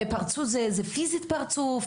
פרצו זה פיזית פרצו,